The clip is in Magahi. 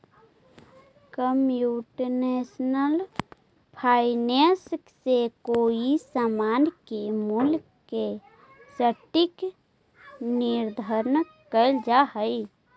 कंप्यूटेशनल फाइनेंस से कोई समान के मूल्य के सटीक निर्धारण कैल जा हई